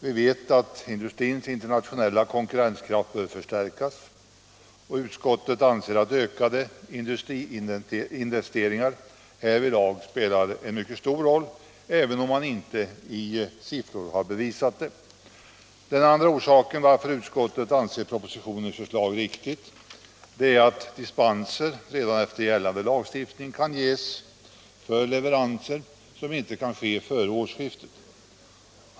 Vi vet dessutom att industrins internationella konkurrenskraft behöver förstärkas, och utskottet anser att ökade industriinvesteringar härvidlag spelar en mycket stor roll, även om man inte i siffror har bevisat detta. Det andra skälet till att utskottet ansett oppositionens förslag riktigt är att dispenser redan enligt gällande lagstiftning kan ges för leveranser som inte kan ske före årsskiftet.